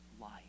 life